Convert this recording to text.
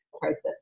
process